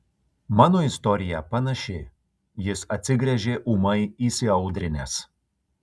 mano istorija panaši jis atsigręžė ūmai įsiaudrinęs